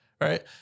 Right